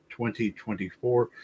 2024